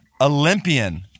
Olympian